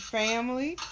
family